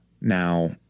Now